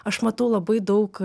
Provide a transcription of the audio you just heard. aš matau labai daug